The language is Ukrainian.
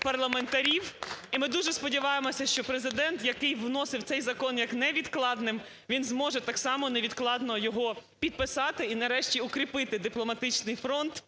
парламентарів. І ми дуже сподіваємося, що Президент, який вносив цей закон як невідкладний, він зможе так само невідкладно його підписати і, нарешті, укріпити дипломатичний фронт